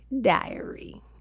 diary